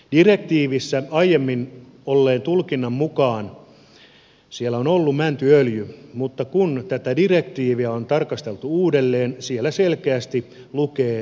direktiivissä aiemmin olleen tulkinnan mukaan siellä on ollut mäntyöljy mutta kun tätä direktiiviä on tarkasteltu uudelleen siellä selkeästi lukee mäntypiki